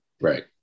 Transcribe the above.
Right